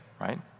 right